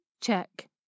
Check